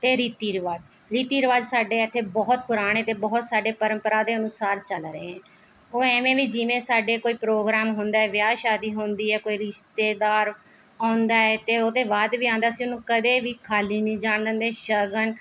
ਅਤੇ ਰੀਤੀ ਰਿਵਾਜ ਰੀਤੀ ਰਿਵਾਜ ਸਾਡੇ ਇੱਥੇ ਬਹੁਤ ਪੁਰਾਣੇ ਅਤੇ ਬਹੁਤ ਸਾਡੇ ਪਰੰਪਰਾ ਦੇ ਅਨੁਸਾਰ ਚੱਲ ਰਹੇ ਹੈ ਉਹ ਐਵੇ ਵੀ ਜਿਵੇਂ ਸਾਡੇ ਕੋਈ ਪ੍ਰੋਗਰਾਮ ਹੁੰਦਾ ਹੈ ਵਿਆਹ ਸ਼ਾਦੀ ਹੁੰਦੀ ਹੈ ਕੋਈ ਰਿਸ਼ਤੇਦਾਰ ਆਉਂਦਾ ਹੈ ਅਤੇ ਉਹਦੇ ਬਾਅਦ ਵੀ ਆਉਂਦਾ ਅਸੀਂ ਉਹਨੂੰ ਕਦੇ ਵੀ ਖਾਲੀ ਨੀ ਜਾਣ ਦਿੰਦੇ ਸ਼ਗਨ